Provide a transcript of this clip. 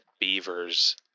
beavers